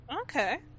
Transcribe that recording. Okay